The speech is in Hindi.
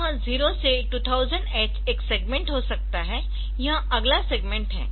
यह 0 से 2000H एक सेगमेंट हो सकता है यह अगला सेगमेंट है